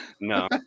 No